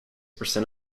percent